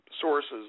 sources